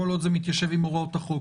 כל עוד זה מתיישב עם הוראות החוק,